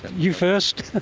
you first.